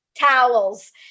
towels